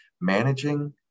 managing